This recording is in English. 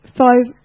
five